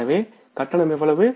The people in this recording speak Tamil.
எனவே கட்டணம் எவ்வளவு